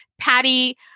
Patty